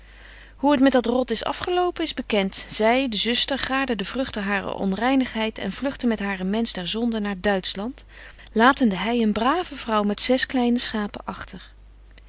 hoe het met dat rot is afgelopen is bekent zy de zuster gaarde de vruchten harer onreinigheid en vlugtte met haren mensch der zonde naar duitschland latende hy een brave vrouw met zes kleine schapen agter